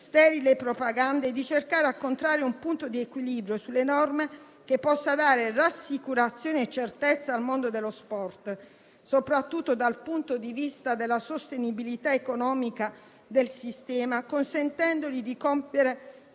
sterili propagande e di cercare, al contrario, un punto di equilibrio sulle norme che possano dare rassicurazione e certezza al mondo dello sport, soprattutto dal punto di vista della sostenibilità economica del sistema, consentendogli di compiere